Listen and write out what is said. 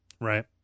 Right